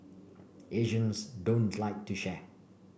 Asians don't like to share